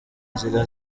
nzira